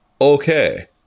Okay